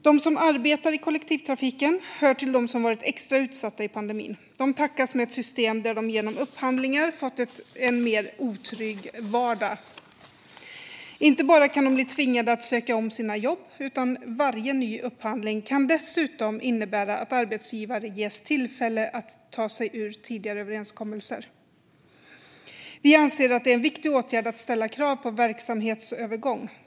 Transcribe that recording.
De som arbetar i kollektivtrafiken hör till dem som varit extra utsatta i pandemin. De tackas med ett system där de genom upphandlingar fått en mer otrygg vardag. Inte bara kan de bli tvingade att söka om sina jobb, utan varje ny upphandling kan dessutom innebära att arbetsgivare ges tillfälle att ta sig ur tidigare överenskommelser. Vi anser att det är en viktig åtgärd att ställa krav på verksamhetsövergång.